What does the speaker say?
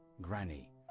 Granny